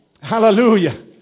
Hallelujah